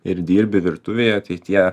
ir dirbi virtuvėj ateityje